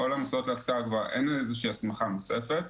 לכל המוסדות להשכלה גבוהה אין איזושהי הסמכה נוספת,